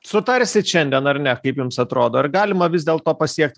sutarsit šiandien ar ne kaip jums atrodo ar galima vis dėlto pasiekt